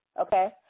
okay